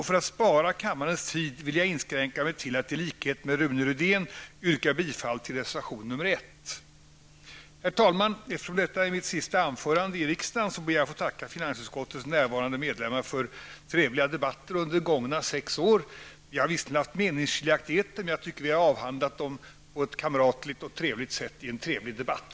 För att spara kammarens tid vill jag i likhet med Rune Rydén yrka bifall till reservation 1. Herr talman! Eftersom detta är mitt sista anförande i riksdagen ber jag få tacka finansutskottets närvarande medlemmar för trevliga debatter under de gångna sex åren. Vi har visserligen haft meningsskiljaktigheter, men jag tycker att vi har avhandlat dem på ett kamratligt och trevligt sätt i en trevlig debatt.